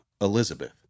Elizabeth